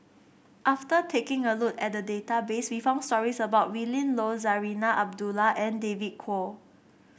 after taking a look at the database we found stories about Willin Low Zarinah Abdullah and David Kwo